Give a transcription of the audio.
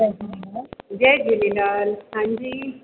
जय झूलेलाल हां जी